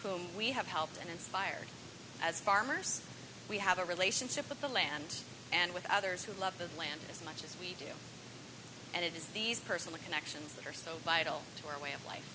whom we have helped and inspired as farmers we have a relationship with the land and with others who love the land as much as we do and it is these personal connections that are so vital to our way of life